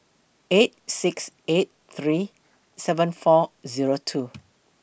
eight six eight three seven four Zero two